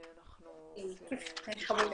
שלום,